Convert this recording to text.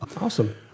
Awesome